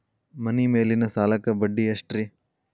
ಮನಿ ಮೇಲಿನ ಸಾಲಕ್ಕ ಬಡ್ಡಿ ಎಷ್ಟ್ರಿ?